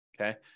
okay